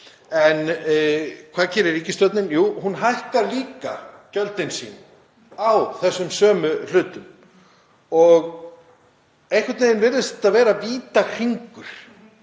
En hvað gerir ríkisstjórnin? Jú, hún hækkar líka gjöldin sín á þessum sömu hlutum. Einhvern veginn virðist þetta vera vítahringur